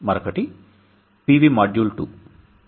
మరొకటి PV module 2